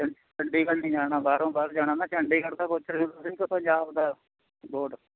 ਚੰਡੀਗੜ੍ਹ ਨਹੀਂ ਜਾਣਾ ਬਾਹਰੋਂ ਬਾਹਰ ਜਾਣਾ ਨਾ ਚੰਡੀਗੜ੍ਹ ਦਾ ਪੁੱਛ ਰਹੇ ਤੁਸੀਂ ਕਿ ਪੰਜਾਬ ਦਾ ਰੋਡ